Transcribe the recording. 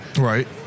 Right